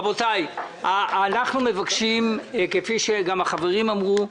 רבותיי, אנחנו מבקשים כפי שגם חבריי הוועדה אמרו,